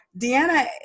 Deanna